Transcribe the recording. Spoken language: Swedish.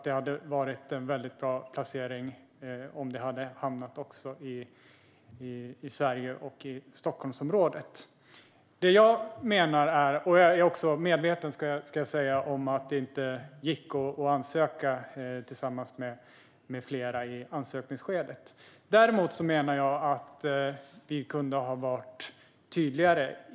Det hade alltså varit väldigt bra om det hade hamnat i Sverige och i Stockholmsområdet. Jag är också medveten om att det inte gick att ansöka tillsammans med andra. Däremot menar jag att vi kunde ha varit tydligare.